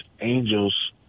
angels